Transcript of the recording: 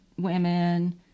women